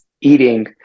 eating